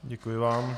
Děkuji vám.